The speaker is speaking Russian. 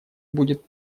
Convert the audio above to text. будет